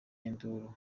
induru